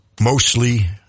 Mostly